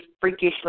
freakishly